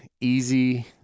easy